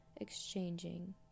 exchanging